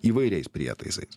įvairiais prietaisais